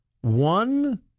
one